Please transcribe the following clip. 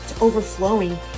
overflowing